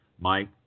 Mike